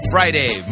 Friday